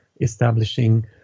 establishing